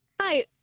Hi